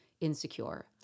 insecure